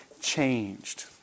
changed